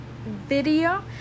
video